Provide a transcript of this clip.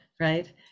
right